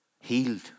healed